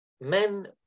men